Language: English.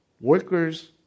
Workers